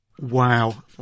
Wow